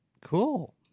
cool